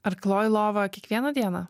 ar kloji lovą kiekvieną dieną